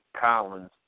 Collins